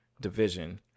division